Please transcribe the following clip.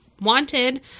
wanted